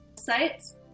sites